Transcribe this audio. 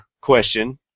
question